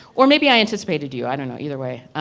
or maybe i anticipated you, i don't know, either way.